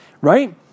right